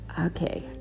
okay